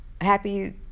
happy